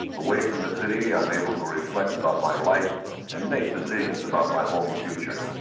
away from the city, i am able to reflect about my life and make decisions about my own future.